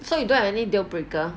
so you don't have any deal breaker